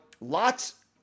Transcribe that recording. lots